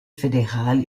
fédérale